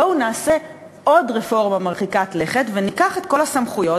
בואו נעשה עוד רפורמה מרחיקת לכת וניקח את כל הסמכויות.